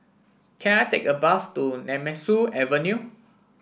can I take a bus to Nemesu Avenue